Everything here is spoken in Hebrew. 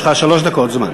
יש לך שלוש דקות זמן.